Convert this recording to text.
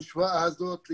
חברה סובלנית,